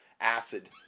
Acid